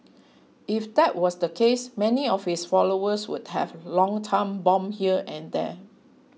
if that was the case many of his followers would have long time bomb here and there